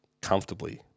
comfortably –